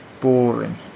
boring